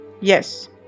Yes